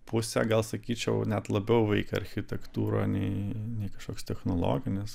pusę gal sakyčiau net labiau veikia architektūrą nei nei kažkoks technologinis